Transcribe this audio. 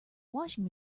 washing